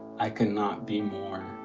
i could not be more